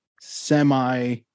semi